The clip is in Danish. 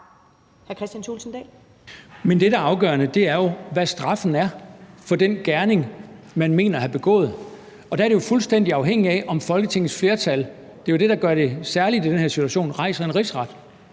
Men det, der er afgørende, er jo, hvad straffen er for den gerning, nogen mener man har begået. Og der er det jo fuldstændig afhængigt af, om Folketingets flertal – det er jo det, der gør det særligt i den her situation – rejser en rigsret.